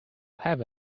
have